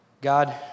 God